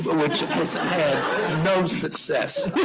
but which has had no success,